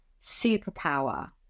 superpower